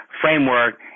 framework